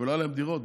לא היו להם דירות.